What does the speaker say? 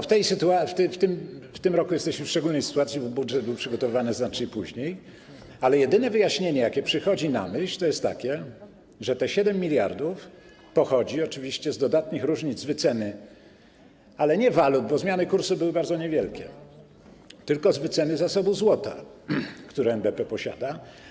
W tym roku jesteśmy w szczególnej sytuacji, bo budżet był przygotowany znacznie później, ale jedyne wyjaśnienie, jakie przychodzi na myśl, jest takie, że te 7 mld pochodzi oczywiście z dodatnich różnic z wyceny, ale nie walut, bo zmiany kursu były bardzo niewielkie, tylko z wyceny zasobów złota, które NBP posiada.